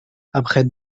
après